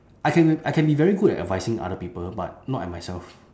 I can be I can be very good at advising other people but not at myself